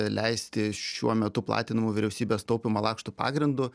leisti šiuo metu platinamų vyriausybės taupymo lakštų pagrindu